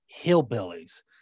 hillbillies